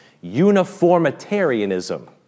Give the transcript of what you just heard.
uniformitarianism